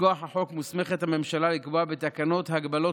מכוח החוק מוסמכת הממשלה לקבוע בתקנות הגבלות